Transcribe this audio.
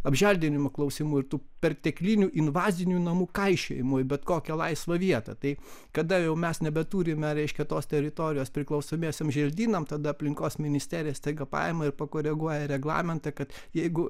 apželdinimo klausimų ir tų perteklinių invazinių namų kaišiojimo į bet kokią laisvą vietą tai kada jau mes nebeturime reiškia tos teritorijos priklausomiesiems želdynams tada aplinkos ministerija staiga paima ir pakoreguoja reglamentą kad jeigu